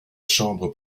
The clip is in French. chambre